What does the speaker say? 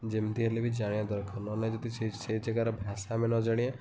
ଯେମତି ହେଲେବି ଜାଣିବା ଦରକାର ନହେନେ ନାହିଁ ସେ ଜାଗାର ଭାଷା ଆମେ ନ ଜାଣିବା